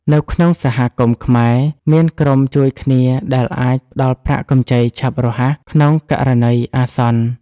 នៅក្នុងសហគមន៍ខ្មែរ មានក្រុមជួយគ្នាដែលអាចផ្តល់ប្រាក់កម្ចីឆាប់រហ័សក្នុងករណីអាសន្ន។